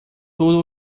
tudo